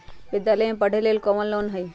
विद्यालय में पढ़े लेल कौनो लोन हई?